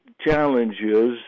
challenges